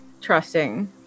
trusting